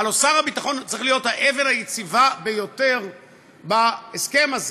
הלוא שר הביטחון צריך להיות האבן היציבה ביותר בהסכם הזה.